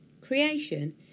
Creation